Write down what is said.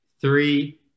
three